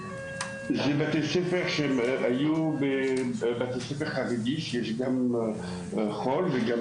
בית ספר ממלכתי-חרדי, שיש גם חול וגם